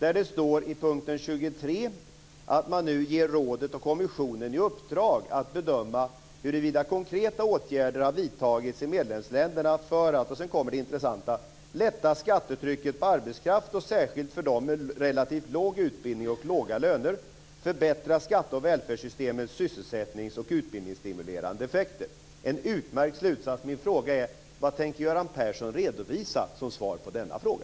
Under punkten 23 står det att man nu ger rådet och kommissionen i uppdrag att bedöma "huruvida konkreta åtgärder har vidtagits för att" - nu kommer det intressanta - "lätta skattetrycket på arbetskraft och särskilt för dem med relativt låg utbildning och låga löner, förbättra skatte och välfärdssystemens sysselsättnings och utbildningsstimulerande effekter, - Det är en utmärkt slutsats. Vad tänker Göran Persson redovisa som svar på denna fråga?